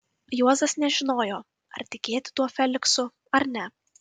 juozas nežinojo ar tikėti tuo feliksu ar ne